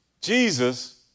Jesus